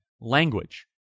language